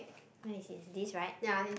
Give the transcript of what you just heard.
where is his this right